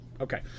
Okay